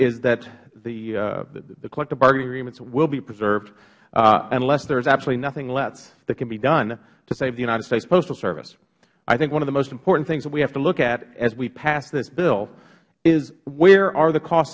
that the collective bargaining agreements will be preserved unless there is absolutely nothing less that can be done to save the united states postal service i think one of the most important things that we have to look at as we pass this bill is where are the cost